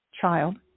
child